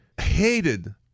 hated